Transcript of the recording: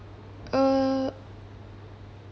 err